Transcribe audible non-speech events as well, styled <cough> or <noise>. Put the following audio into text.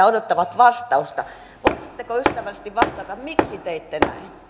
<unintelligible> odottavat vastausta voisitteko ystävällisesti vastata miksi teitte